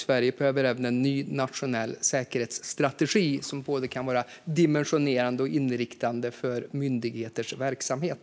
Sverige behöver även en ny nationell säkerhetsstrategi som kan vara både dimensionerande och inriktande för myndigheters verksamhet.